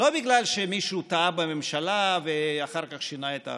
לא בגלל שמישהו טעה בממשלה ואחר כך שינה את ההחלטה.